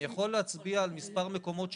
אני יכול להצביע על מספר מקומות שנסגרו.